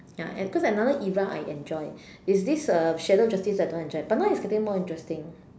ya and cause another era I enjoy is this uh shadow justice that I don't enjoy but now it's getting more interesting